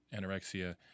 anorexia